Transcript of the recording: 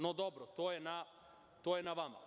No, dobro, to je na vama.